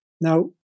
Now